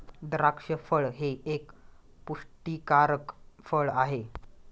द्राक्ष फळ हे एक पुष्टीकारक फळ आहे